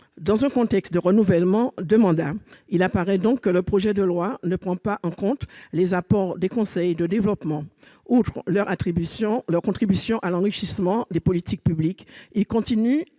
dans un contexte de renouvellement des mandats. Il apparaît donc que le projet de loi ne prend pas en compte les apports des conseils de développement. Outre leur contribution à l'enrichissement des politiques publiques, ils constituent,